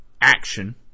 action